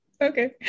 okay